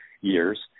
years